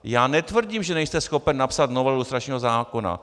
Já netvrdím, že nejste schopen napsat novelu lustračního zákona.